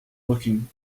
looking